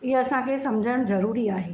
इहो असां खे समुझण ज़रुरी आहे